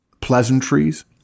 pleasantries